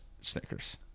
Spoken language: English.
Snickers